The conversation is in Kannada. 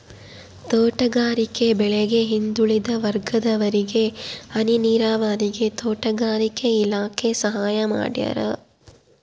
ತೋಟಗಾರಿಕೆ ಬೆಳೆಗೆ ಹಿಂದುಳಿದ ವರ್ಗದವರಿಗೆ ಹನಿ ನೀರಾವರಿಗೆ ತೋಟಗಾರಿಕೆ ಇಲಾಖೆ ಸಹಾಯ ಮಾಡ್ಯಾರ